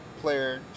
player